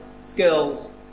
skills